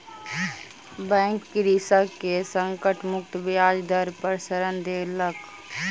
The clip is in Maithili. बैंक कृषक के संकट मुक्त ब्याज दर पर ऋण देलक